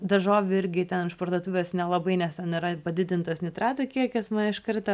daržovių irgi ten iš parduotuvės nelabai nes ten yra padidintas nitratų kiekis mane iš karto